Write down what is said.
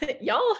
Y'all